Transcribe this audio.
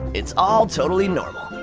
it's all totally normal.